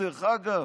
דרך אגב,